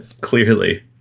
clearly